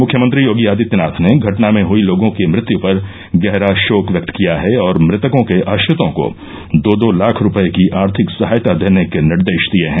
मुख्यमंत्री योगी आदित्यनाथ ने घटना में हयी लोगों की मृत्यु पर गहरा शोक व्यक्त किया है और मृतकों के आश्रितों को दो दो लाख रूपये की आर्थिक सहायता देने के निर्देश दिये हैं